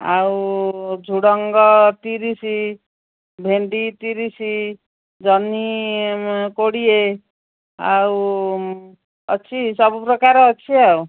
ଆଉ ଝୁଡ଼ଙ୍ଗ ତିରିଶି ଭେଣ୍ଡି ତିରିଶି ଜହ୍ନି କୋଡ଼ିଏ ଆଉ ଅଛି ସବୁପକାର ଅଛି ଆଉ